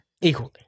equally